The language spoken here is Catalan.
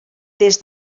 des